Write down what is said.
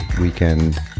weekend